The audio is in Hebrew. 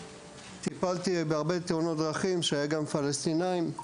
טיפלתי בהרבה תאונות דרכים, שכללו גם פלסטינים,